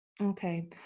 Okay